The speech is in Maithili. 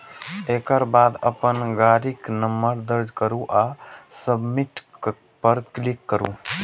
एकर बाद अपन गाड़ीक नंबर दर्ज करू आ सबमिट पर क्लिक करू